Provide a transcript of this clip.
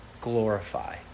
glorify